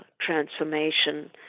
transformation